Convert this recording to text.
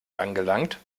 angelangt